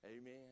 Amen